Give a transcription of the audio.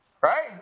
Right